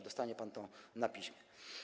Dostanie pan to na piśmie.